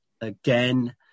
again